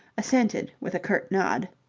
assented with a curt nod.